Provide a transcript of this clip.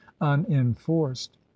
unenforced